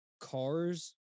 Cars